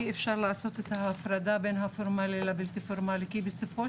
אי אפשר לעשות את ההפרדה בין הפורמלי לבלתי פורמלי כי בסופו